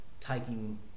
taking